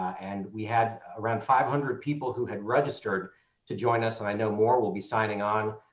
and we had around five hundred people who had registered to join us and i know more will be signing on.